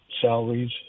Salaries